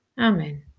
Amen